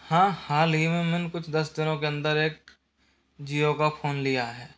हाँ हाल ही में मैंने कुछ दस दिनों के अंदर एक जियो का फ़ोन लिया है